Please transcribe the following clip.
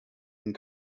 and